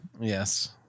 Yes